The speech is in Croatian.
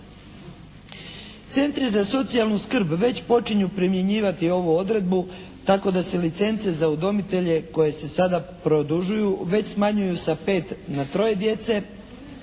Centri za socijalnu skrb već počinju primjenjivati ovu odredbu tako da se licence za udomitelje koje se sada produžuju već smanjuju sa pet na troje